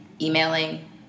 emailing